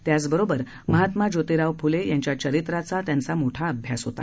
त्याच बरोबर महात्मा ज्योतीराव फुले यांच्या चरित्राचा त्यांचा मोठा अभ्यास होता